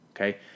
Okay